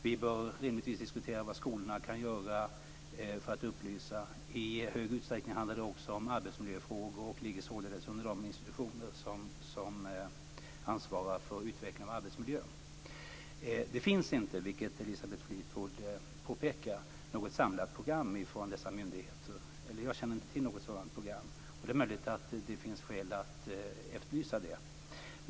Vi bör rimligtvis diskutera vad skolorna kan göra för att upplysa. I stor utsträckning handlar det också om arbetsmiljöfrågor och sorterar således under de institutioner som ansvarar för utveckling av arbetsmiljön. Det finns inte, vilket Elisabeth Fleetwood påpekar, något samlat program från dessa myndigheter - jag känner i alla fall inte till något sådant program - och det är möjligt att det finns skäl att efterlysa det.